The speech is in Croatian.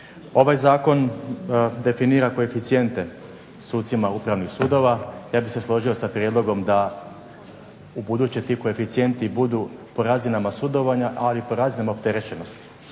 Ovaj zakon definira koeficijente sucima upravnih sudova. Ja bih se složio sa prijedlogom da ubuduće ti koeficijenti budu po razinama sudovanja, a i po razinama opterećenosti,